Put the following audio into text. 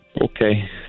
Okay